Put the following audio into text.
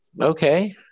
Okay